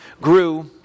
grew